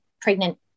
pregnant